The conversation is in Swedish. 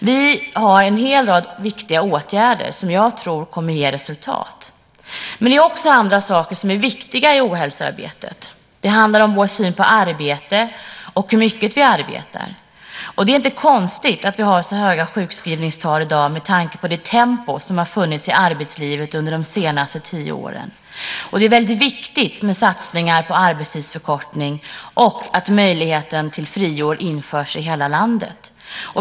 Vi har en hel rad förslag på viktiga åtgärder som jag tror kommer att ge resultat. Men det finns också annat som är viktigt i ohälsoarbetet. Det handlar om vår syn på arbete och hur mycket vi arbetar. Med tanke på det tempo som funnits i arbetslivet under de senaste tio åren är det inte konstigt att vi har så höga sjukskrivningstal som vi har i dag. Därför är det mycket viktigt med satsningar på arbetstidsförkortning och att möjligheten till friår införs i hela landet.